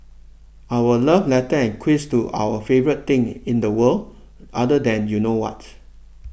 our love letter and quiz to our favourite thing in the world other than you know what